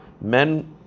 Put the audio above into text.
men